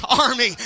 army